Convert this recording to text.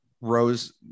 rose